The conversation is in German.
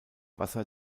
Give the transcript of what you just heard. wasser